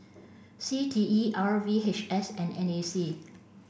C T E R V H S and N A C